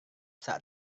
saat